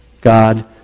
God